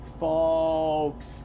Folks